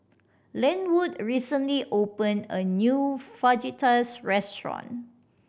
Lenwood recently opened a new Fajitas restaurant